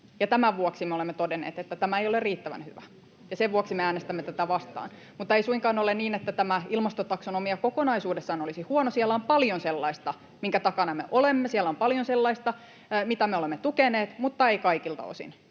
tämän vuoksi me olemme todenneet, että tämä ei ole riittävän hyvä, ja sen vuoksi me äänestämme tätä vastaan. Mutta ei suinkaan ole niin, että tämä ilmastotaksonomia kokonaisuudessaan olisi huono, siellä on paljon sellaista, minkä takana me olemme. Siellä on paljon sellaista, mitä me olemme tukeneet, mutta ei kaikilta osin,